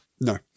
No